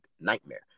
nightmare